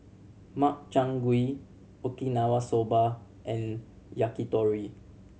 Makchang Gui Okinawa Soba and Yakitori